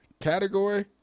Category